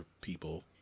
people